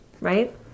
right